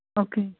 okay